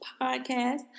podcast